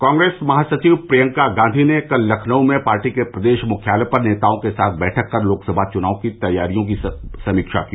कांग्रेस महासचिव प्रियंका गांधी ने कल लखनऊ में पार्टी के प्रदेश मुख्यालय पर नेताओं के साथ बैठक कर लोक सभा चुनाव की तैयारी की समीक्षा की